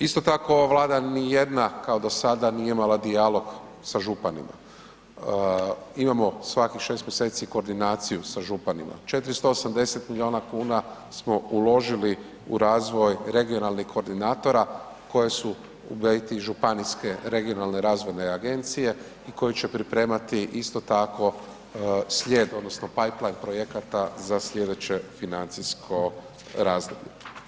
Isto tako ova Vlada nijedna kao do sada nije imala dijalog sa županima, imamo svakih 6 mjeseci koordinaciju sa županima, 480 milijuna kuna smo uložili u razvoj regionalnih koordinatora koje su u … [[Govornik se ne razumije]] županijske regionalne razvojne agencije i koje će pripremati isto tako slijed odnosno PayPal projekata za slijedeće financijsko razdoblje.